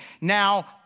Now